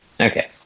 Okay